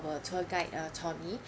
tour guide uh tommy